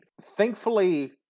thankfully